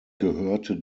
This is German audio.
gehörte